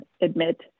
admit